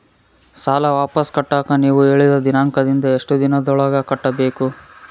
ಸಾಲ ವಾಪಸ್ ಕಟ್ಟಕ ನೇವು ಹೇಳಿದ ದಿನಾಂಕದಿಂದ ಎಷ್ಟು ದಿನದೊಳಗ ಕಟ್ಟಬೇಕು?